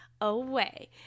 away